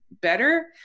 better